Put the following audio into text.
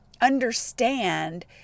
understand